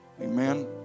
amen